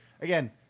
again